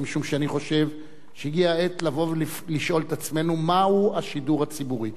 משום שאני חושב שהגיעה העת לבוא ולשאול את עצמנו מהו השידור הציבורי.